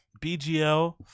BGL